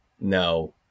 no